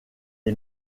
est